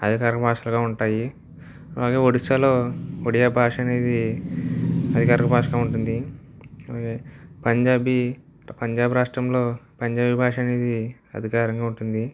అధికార భాషలుగా ఉంటాయి అలాగే ఒడిస్సాలో ఒడియా భాష అనేది అధికారిక భాషగా ఉంటుంది పంజాబీ పంజాబ్ రాష్ట్రంలో పంజాబీ భాష అనేది అధికారికంగా ఉంటుంది